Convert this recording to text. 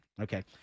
Okay